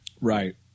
Right